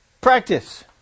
practice